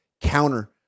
counter